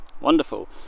Wonderful